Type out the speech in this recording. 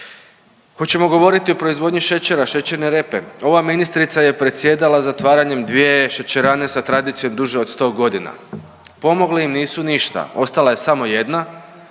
Hoćemo govoriti o proizvodnji šećera, šećerne repe. Ova ministrica je predsjedala zatvaranjem dvije šećerane sa tradicijom dužom od 100 godina. Pomogli im nisu ništa. Ostala je samo jedna.